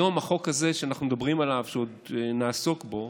היום החוק הזה שאנחנו מדברים עליו, שעוד נעסוק בו,